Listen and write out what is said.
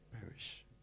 perish